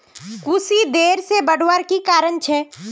कुशी देर से बढ़वार की कारण छे?